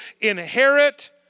inherit